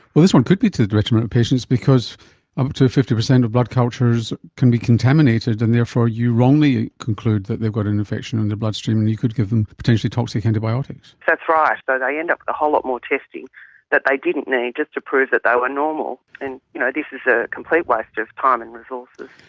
well, this one could be to the detriment of patients because up to fifty percent of blood cultures can be contaminated and therefore you wrongly conclude that they've got an infection in their bloodstream and you could give them potentially toxic antibiotics. that's right, so they end up with a whole lot more testing that they didn't need, just to prove that they were normal. and you know this is a complete waste of time um and resources.